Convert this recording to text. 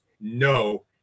no